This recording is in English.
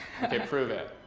okay, prove it.